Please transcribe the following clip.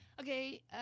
Okay